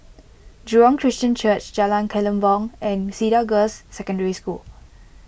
Jurong Christian Church Jalan Kelempong and Cedar Girls' Secondary School